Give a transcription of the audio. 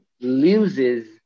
loses